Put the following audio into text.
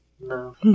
no